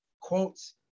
quotes